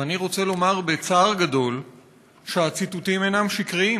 ואני רוצה לומר בצער גדול שהציטוטים אינם שקריים.